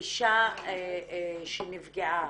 אישה שנפגעה,